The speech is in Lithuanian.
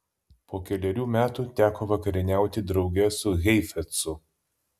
po kelerių metų teko vakarieniauti drauge su heifetzu